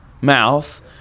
mouth